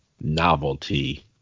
novelty